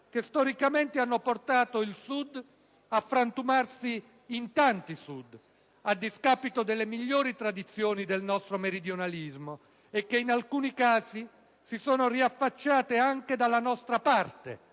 che storicamente hanno portato il Sud a frantumarsi in tanti sud, a discapito delle migliori tradizioni del nostro meridionalismo, e che in alcuni casi si sono riaffacciate anche dalla nostra parte